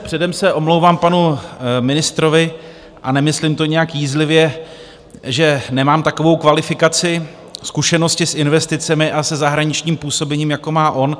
Předem se omlouvám panu ministrovi a nemyslím to nějak jízlivě že nemám takovou kvalifikaci, zkušenosti s investicemi a se zahraničním působením, jako má on.